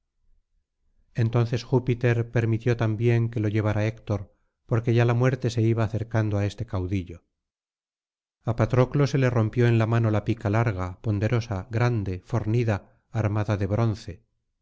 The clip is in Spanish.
entonces júpiter permitió también que lo llevara héctor porque ya la muerte se iba acercando á este caudillo a patroclo se le rompió en la mano la pica larga ponderosa grande fornida armada de bronce